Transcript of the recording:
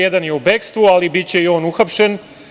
Jedan je u bekstvu, ali biće i on uhapšen.